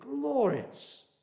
glorious